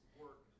work